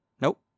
Nope